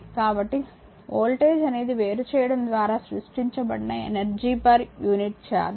కాబట్టి వోల్టేజ్ అనేది వేరుచేయడం ద్వారా సృష్టించబడిన ఎనర్జీ యూనిట్ ఛార్జ్